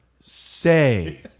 say